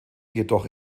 jedoch